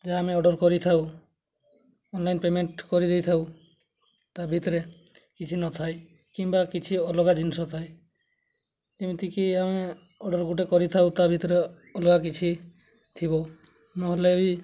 ଯାହା ଆମେ ଅର୍ଡ଼ର୍ କରିଥାଉ ଅନଲାଇନ୍ ପେମେଣ୍ଟ୍ କରିଦେଇଥାଉ ତା ଭିତରେ କିଛି ନଥାଏ କିମ୍ବା କିଛି ଅଲଗା ଜିନିଷ ଥାଏ ଯେମିତିକି ଆମେ ଅର୍ଡ଼ର୍ ଗୋଟେ କରିଥାଉ ତା ଭିତରେ ଅଲଗା କିଛି ଥିବ ନହେଲେ ବି